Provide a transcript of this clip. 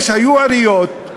היו עיריות,